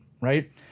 Right